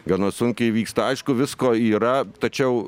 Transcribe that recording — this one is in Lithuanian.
gana sunkiai vyksta aišku visko yra tačiau